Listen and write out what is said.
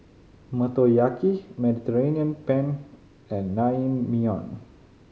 Motoyaki Mediterranean Penne and Naengmyeon